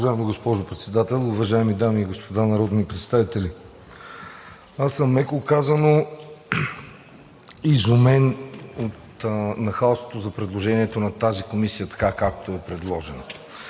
Уважаема госпожо Председател, уважаеми дами и господа народни представители! Меко казано съм изумен от нахалството за предложението за тази комисия така, както е предложена.